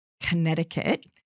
Connecticut